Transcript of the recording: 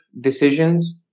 decisions